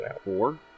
Four